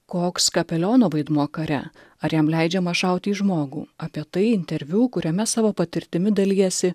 koks kapeliono vaidmuo kare ar jam leidžiama šauti į žmogų apie tai interviu kuriame savo patirtimi dalijasi